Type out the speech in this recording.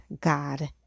God